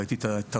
ראיתי את התרבות,